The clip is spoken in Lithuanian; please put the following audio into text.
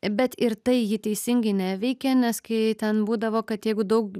bet ir tai ji teisingai neveikia nes kai ten būdavo kad jeigu daug